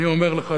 אני אומר לך,